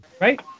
right